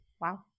Wow